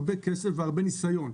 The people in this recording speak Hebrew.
הרבה כסף והרבה ניסיון.